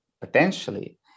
potentially